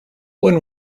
when